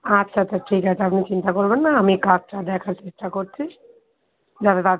আচ্ছা আচ্ছা ঠিক আছে আপনি চিন্তা করবেন না আমি কাজটা দেখার চেষ্টা করছি যাতে তাড়া